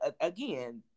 again